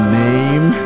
name